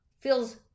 feels